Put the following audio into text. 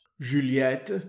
Juliette